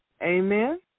Amen